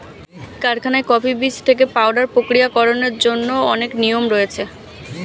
কারখানায় কফি বীজ থেকে পাউডার প্রক্রিয়াকরণের জন্য অনেক নিয়ম রয়েছে